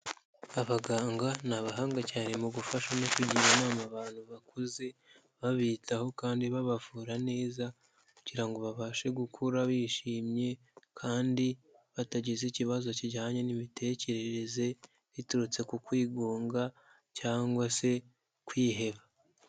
Abaganga ni abahanga cyane mu gufasha no kugira inama abantu bakuze, babitaho kandi babavura neza kugira ngo babashe gukura bishimye kandi batagize ikibazo kijyanye n'imitekerereze, biturutse ku kwigunga cyangwa se kwiheba.